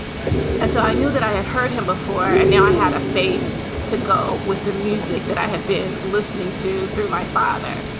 right. and so i knew that i had heard him before. and now i had a face to go with the music that i had been listening to through my father.